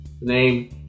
name